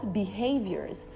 behaviors